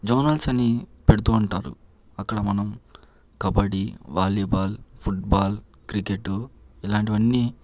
zonals అని పెడుతూ ఉంటారు అక్కడ మనం kabaddi volleyball football cricket ఇలాంటివన్నీ